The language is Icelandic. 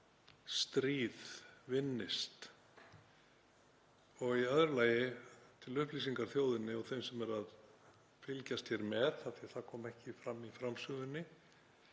stríð vinnist. Í öðru lagi, til upplýsingar þjóðinni og þeim sem eru að fylgjast með, af því að það kom ekki fram í framsögunni